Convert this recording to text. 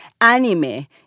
anime